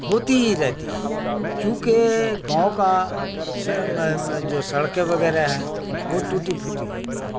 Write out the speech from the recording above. ہوتی ہی رہتی ہے چونکہ گاؤں کا جو سڑکیں وغیرہ ہیں وہ ٹوٹی پھوٹی ہوتی ہے